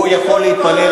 הוא יכול להתפלל,